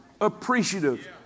appreciative